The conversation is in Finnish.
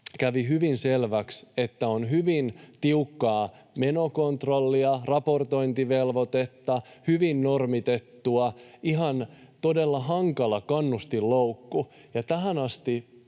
kävi hyvin selväksi, että on hyvin tiukkaa menokontrollia, raportointivelvoitetta, hyvin normitettua, ihan todella hankala kannustinloukku. Ja tähän asti